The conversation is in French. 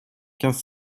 quinze